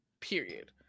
Period